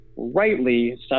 rightly